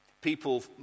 people